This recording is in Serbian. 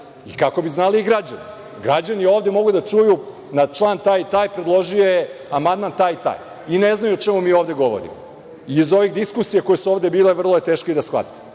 i kako bi znali građani. Građani ovde mogu da čuju na član taj i taj, predložio je amandman taj i taj, i ne znaju o čemu mi ovde govorimo. Iz ovih diskusija koje su ovde bile vrlo je teško i da shvate.